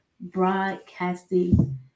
Broadcasting